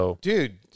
Dude